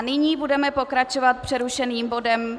Nyní budeme pokračovat přerušeným bodem číslo